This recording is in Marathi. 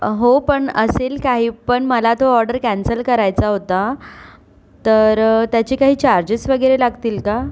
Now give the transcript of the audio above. हो पण असेल काही पण मला तो ऑर्डर कॅन्सल करायचा होता तर त्याचे काही चार्जेस वगैरे लागतील कां